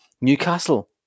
Newcastle